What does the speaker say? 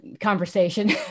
conversation